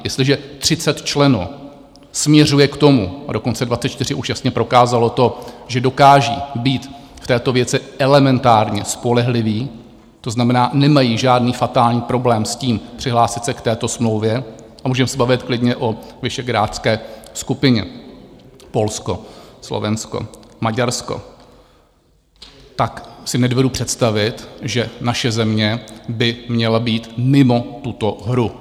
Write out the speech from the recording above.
Jestliže 30 členů směřuje k tomu, a dokonce 24 už jasně prokázalo to, že dokážou být v této věci elementárně spolehliví, to znamená, nemají žádný fatální problém s tím přihlásit se k této smlouvě, a můžeme se bavit klidně o visegrádské skupině Polsko, Slovensko, Maďarsko tak si nedovedu představit, že naše země by měla být mimo tuto hru.